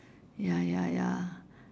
ya ya ya